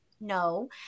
No